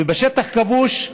ובשטח כבוש,